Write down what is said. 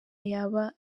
yaba